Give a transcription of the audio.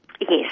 yes